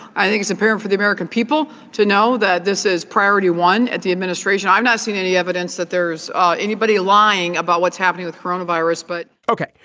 i think is appropriate for the american people to know that this is priority one at the administration. i've not seen any evidence that there's ah anybody lying about what's happening with corona virus but ok.